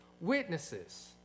Witnesses